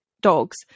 dogs